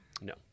No